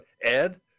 Ed